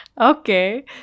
Okay